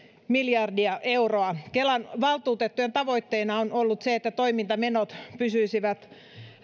miljardia euroa kelan valtuutettujen tavoitteena on ollut se että toimintamenot pysyisivät